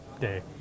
day